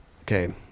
Okay